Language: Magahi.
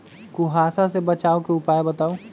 कुहासा से बचाव के उपाय बताऊ?